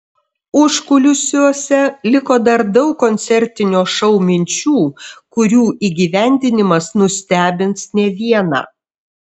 užkulisiuose liko dar daug koncertinio šou minčių kurių įgyvendinimas nustebins ne vieną